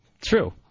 True